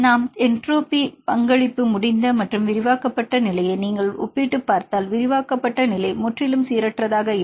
நாம் என்ட்ரோபி பங்களிப்பு மடிந்த மற்றும் விரிவாக்கப்பட்ட நிலையை நீங்கள் ஒப்பிட்டுப் பார்த்தால் விரிவாக்கப்பட்ட நிலை முற்றிலும் சீரற்றதாக இல்லை